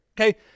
okay